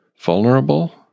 Vulnerable